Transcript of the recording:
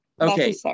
Okay